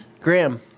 Graham